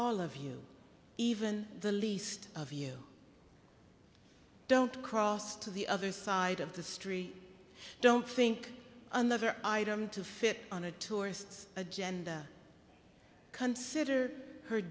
all of you even the least of you don't cross to the other side of the street you don't think another item to fit on a tourist's agenda consider her